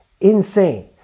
insane